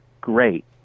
great